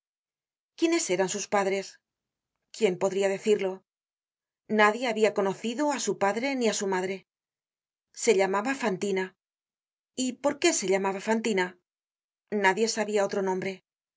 quiénes eran sus padres quién podria decirlo nadie habia conocido á su padre ni á su madre se llamaba fantina y por qué se llamaba fantina nadie sabia otro nombre